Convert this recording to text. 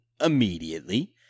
immediately